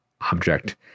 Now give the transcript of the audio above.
object